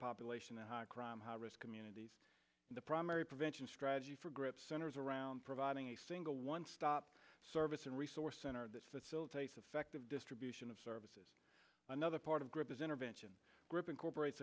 population of high crime how risk communities the primary prevention strategy for group centers around providing a single one stop service and resource center this facilitates effective distribution of services another part of group is intervention group incorporates